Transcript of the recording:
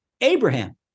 Abraham